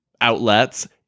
outlets